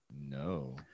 No